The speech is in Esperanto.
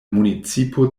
municipo